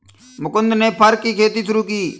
मुकुन्द ने फर की खेती शुरू की